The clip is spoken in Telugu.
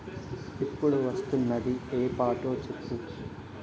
ఇప్పుడు వస్తున్నది ఏ పాటో చెప్పు